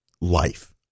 life